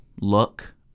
look